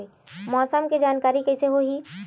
मौसम के जानकारी कइसे होही?